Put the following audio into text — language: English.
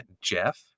Jeff